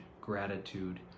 gratitude